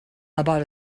about